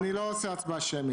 לא, אז תעצור.